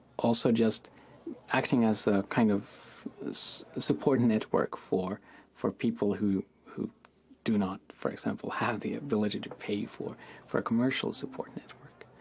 also just acting as a kind of supporting network for for people who, who do not, for example, have the ability to pay for for commercial support network